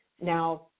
Now